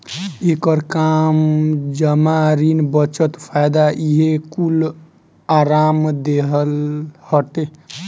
एकर काम जमा, ऋण, बचत, फायदा इहे कूल आराम देहल हटे